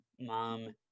mom